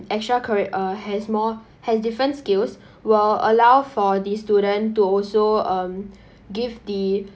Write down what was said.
extra curri~ uh has more has different skills while allow for the student to also um give the